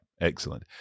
excellent